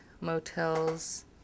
motels